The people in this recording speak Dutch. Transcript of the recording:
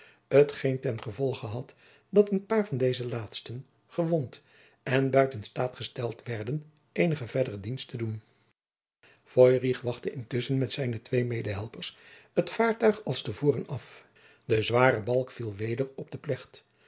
t geen ten gevolge had dat een paar van deze laatsten gewond en buiten staat gesteld werden eenige verdere dienst te doen feurich wachtte intusschen met zijne twee medehelpers het vaartuig als te voren af de zware balk viel weder op de plecht